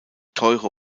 teure